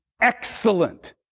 excellent